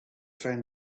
found